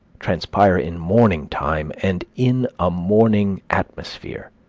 transpire in morning time and in a morning atmosphere.